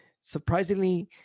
surprisingly